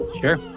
sure